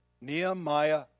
Nehemiah